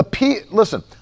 Listen